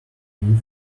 new